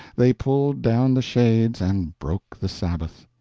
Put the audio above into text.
they pulled down the shades and broke the sabbath.